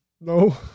no